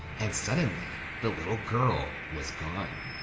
and suddenly, the little girl was gone.